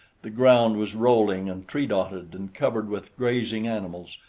the ground was rolling and tree-dotted and covered with grazing animals,